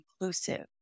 inclusive